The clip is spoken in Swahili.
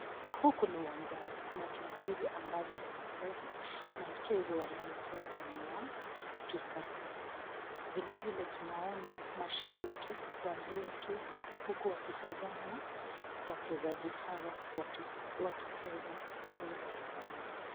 Huku ni uwanjani, kuna timu mbili ambazo zinacheza , na mchezo wanaocheza ni wa kikapu. Vile vile tunaona mshabiki walioketi huku wakitazama wachezaji hawa wakicheza mpira uwanjani.